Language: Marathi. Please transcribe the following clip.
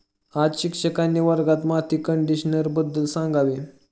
आज शिक्षकांनी वर्गात माती कंडिशनरबद्दल सांगावे